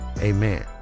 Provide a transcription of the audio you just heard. amen